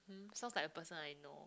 sounds like a person I know